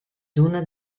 dune